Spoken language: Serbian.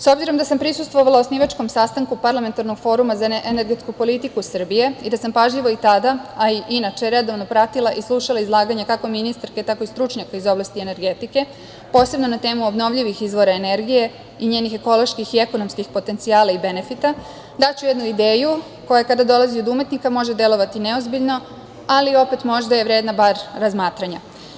S obzirom da sam prisustvovala osnivačkom sastanku Parlamentarnog foruma za energetsku politiku Srbije i da sam pažljivo i tada, a i inače redovno pratila i slušala izlaganja kako ministarke, tako i stručnjaka iz oblasti energetike, posebno na temu obnovljivih izvora energije i njenih ekoloških i ekonomskih potencijala i benefita, daću jednu ideju koja kada dolazi od umetnika može delovati neozbiljno, ali opet možda je vredna bar razmatranja.